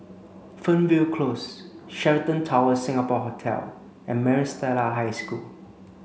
Fernvale Close Sheraton Towers Singapore Hotel and Maris Stella High School